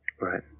Right